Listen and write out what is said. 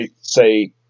Say